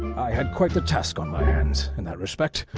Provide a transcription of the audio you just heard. i had quite the task on my hands in that respect,